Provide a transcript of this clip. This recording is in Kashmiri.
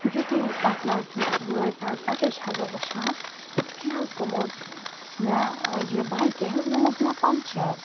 یُتھُے حظ تَتھ نَزدیٖک وٲتۍ نَہ حظ اَتہِ حظ چھیٚس بہٕ وُچھان یہِ حظ گوٚمُت مےٚ ٲں یہِ بایکہِ حظ گوٚمُت مےٚ پَنٛکچَر